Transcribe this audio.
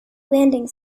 landing